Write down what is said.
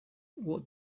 what